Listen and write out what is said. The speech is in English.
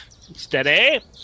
Steady